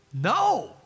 No